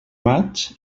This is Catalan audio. maig